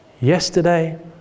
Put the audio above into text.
yesterday